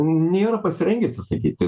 nėra pasirengę atsisakyti